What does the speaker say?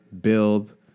build